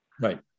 Right